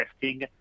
testing